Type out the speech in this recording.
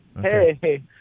Hey